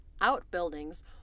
outbuildings